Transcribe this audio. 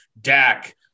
Dak